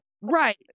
Right